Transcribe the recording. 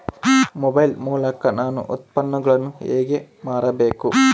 Mobile ಮೂಲಕ ನಾನು ಉತ್ಪನ್ನಗಳನ್ನು ಹೇಗೆ ಮಾರಬೇಕು?